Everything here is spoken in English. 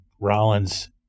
Rollins